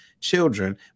children